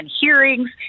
hearings